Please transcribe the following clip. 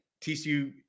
TCU